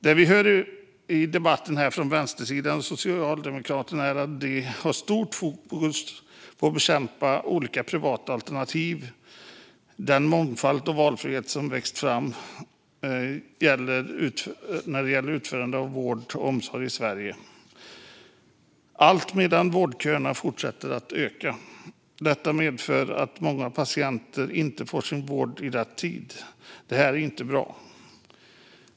Det vi hör i debatten från vänstersidan och Socialdemokraterna är att de har stort fokus på att bekämpa olika privata alternativ, det vill säga den mångfald och valfrihet som växt fram gällande utförandet av vård och omsorg i Sverige - alltmedan vårdköerna fortsätter att öka. Detta medför att många patienter inte får sin vård i rätt tid, vilket inte är bra.